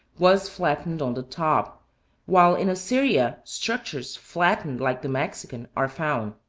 was flattened on the top while in assyria structures flattened like the mexican are found.